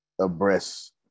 abreast